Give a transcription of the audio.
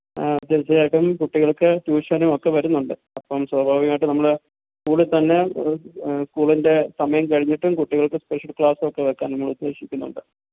ആ തീർച്ഛയായിട്ടും കുട്ടികൾക്ക് ട്യൂഷനുമൊക്കെ വരുന്നുണ്ട് അപ്പം സ്വാഭാവികമായിട്ട് നമ്മൾ കൂടെത്തന്നെ സ്കൂളിൻ്റെ സമയം കഴിഞ്ഞിട്ടും കുട്ടികൾക്ക് സ്പെഷ്യൽ ക്ലാസ്സൊക്കെ വെക്കാൻ നമ്മളുദ്ദേശിക്കുന്നുണ്ട്